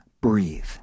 breathe